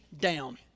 down